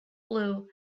blue